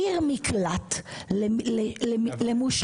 עיר מקלט למושחתים,